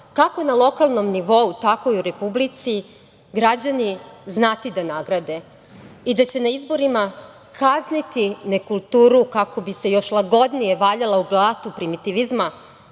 kako na lokalnom nivou, tako i u Republici, građani znati da nagrade i da će na izborima kazniti nekulturu kako bi se još lagodnije valjali u blatu primitivizma,